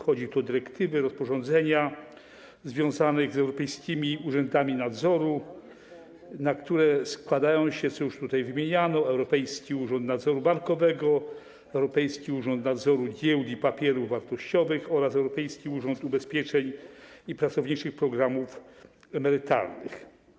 Chodzi tu o dyrektywy i rozporządzenia związane z europejskimi urzędami nadzoru, na które składają się, co już tutaj wymieniano, Europejski Urząd Nadzoru Bankowego, Europejski Urząd Nadzoru Giełd i Papierów Wartościowych oraz Europejski Urząd Nadzoru Ubezpieczeń i Pracowniczych Programów Emerytalnych.